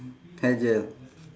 hair gel